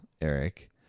Eric